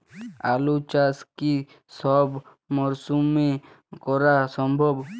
আলু চাষ কি সব মরশুমে করা সম্ভব?